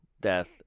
death